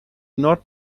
not